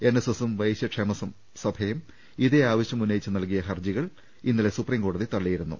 എൻഎസ്എസും വൈശൃ ക്ഷേമ സഭയും ഈ ആവശൃം ഉന്നയിച്ച് നൽകിയ ഹർജികൾ ഇന്നലെ സുപ്രീം കോടതി തള്ളിയിരുന്നു